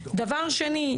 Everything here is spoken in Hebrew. דבר שני,